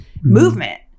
movement